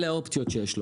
אלה האופציות שיש לו.